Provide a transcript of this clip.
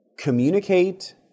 Communicate